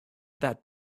that